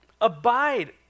abide